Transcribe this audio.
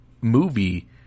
movie